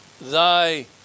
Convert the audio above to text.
thy